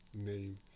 name